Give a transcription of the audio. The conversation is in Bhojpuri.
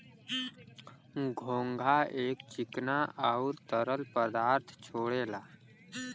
घोंघा एक चिकना आउर तरल पदार्थ छोड़ेला